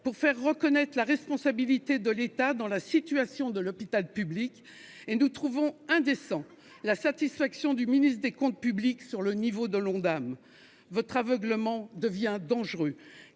à faire reconnaître la responsabilité de l'État dans la situation de l'hôpital public. Nous trouvons indécente la satisfaction du ministre des comptes publics s'agissant du niveau de l'Ondam. Votre aveuglement devient dangereux.